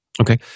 Okay